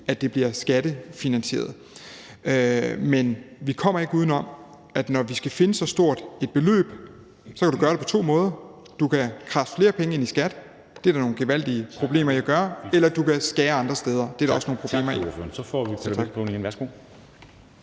at det bliver skattefinansieret. Men vi kommer ikke uden om, at når vi skal finde så stort et beløb, kan du gøre det på to måder. Du kan kradse flere penge ind i skat, og det er der nogle gevaldige problemer i at gøre, eller du kan skære andre steder, og det er der også nogle problemer i. Kl. 10:44 Formanden (Henrik Dam